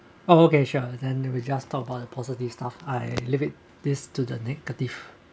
oh okay sure then we just talk about the positive stuff I leave it this to the negative